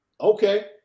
okay